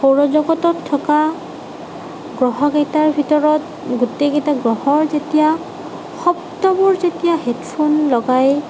সৌৰজগতত থকা গ্ৰহকেইটাৰ ভিতৰত গোটেইকেইটা গ্ৰহৰ যেতিয়া শব্দবোৰ যেতিয়া হেডফোন লগাই